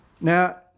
Now